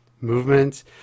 movement